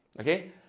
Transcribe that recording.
Okay